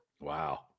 wow